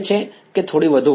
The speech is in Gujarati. વિદ્યાર્થી થોડું વધારે